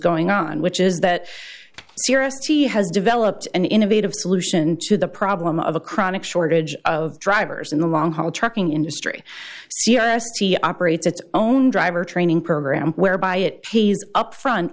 going on which is that serious he has developed an innovative solution to the problem of a chronic shortage of drivers in the long haul trucking industry c i s c operates its own driver training program whereby it pays upfront